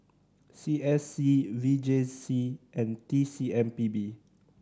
C S C V J C and T C M P B